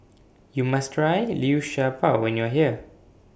YOU must Try Liu Sha Bao when YOU Are here